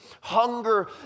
hunger